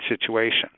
situation